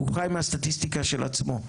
הוא חיי מהסטטיסטיקה של עצמו,